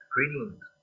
Greetings